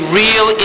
real